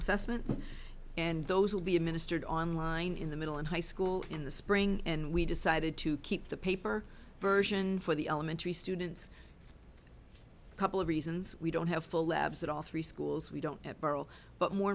assessments and those will be administered online in the middle and high school in the spring and we decided to keep the paper version for the elementary students a couple of reasons we don't have full labs at all three schools we don't have beryl but more